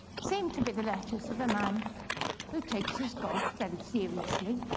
seemed to be the letters of a man who takes his god very seriously.